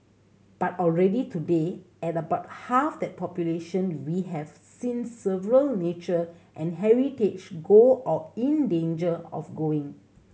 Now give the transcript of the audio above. but already today at about half that population we have seen several nature and heritage go or in danger of going